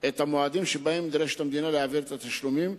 את המועדים שבהם נדרשת המדינה להעביר את התשלומים,